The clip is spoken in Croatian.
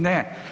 Ne.